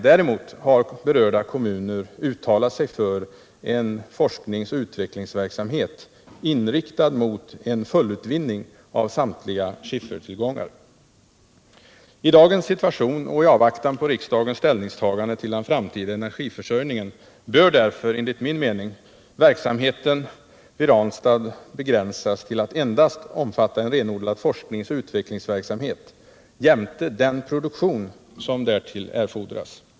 Däremot har berörda kommuner uttalat sig för en forskningsoch utvecklingsverksamhet inriktad mot en full utvinning av samtliga skiffertillgångar. I dagens situation och i avvaktan på riksdagens ställningstagande till den framtida energiförsörjningen bör därför enligt min mening verksamheten vid Ranstad begränsas till att endast omfatta en renodlad forskningsoch utvecklingsverksamhet jämte den produktion som därtill erfordras.